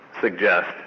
suggest